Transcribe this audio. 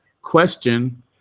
question